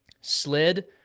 slid